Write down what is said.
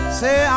say